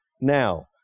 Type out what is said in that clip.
now